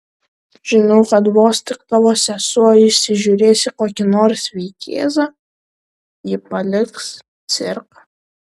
žinau kad vos tik tavo sesuo įsižiūrės į kokį nors vaikėzą ji paliks cirką